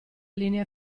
linee